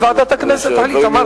וועדת הכנסת תחליט, אמרתי.